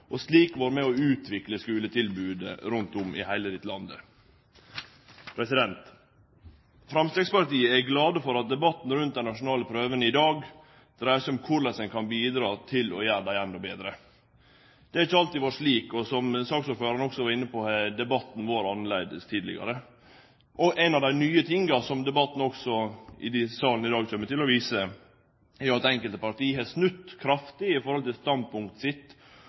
har slik vore med å utvikle skuletilbodet rundt om i heile landet. Framstegspartiet er glad for at debatten rundt dei nasjonale prøvene i dag dreier seg om korleis ein kan bidra til å gjere dei endå betre. Det har ikkje alltid vore slik. Som saksordføraren også var inne på, har debatten vore annleis tidlegare. Noko av det nye som debatten i salen i dag kjem til å vise, er at enkelte parti har snudd kraftig i standpunktet sitt